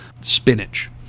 spinach